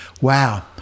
Wow